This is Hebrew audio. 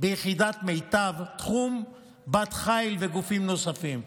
ביחידת מיטב, תחום בת חיל וגופים נוספים.